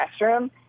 restroom